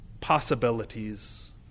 possibilities